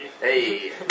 Hey